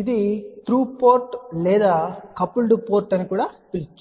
ఇది through port లేదా coupled port అని కూడా పిలుస్తారు